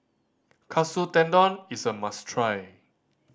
Katsu Tendon is a must try